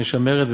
משמרת,